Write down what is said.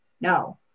No